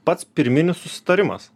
pats pirminis susitarimas